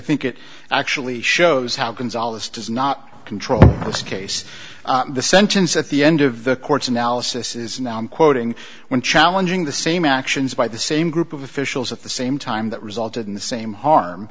think it actually shows how can solve this does not control this case the sentence at the end of the court's analysis is now i'm quoting when challenging the same actions by the same group of officials at the same time that resulted in the same harm